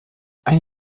ein